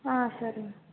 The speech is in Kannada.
ಹಾಂ ಸರಿ ಮ್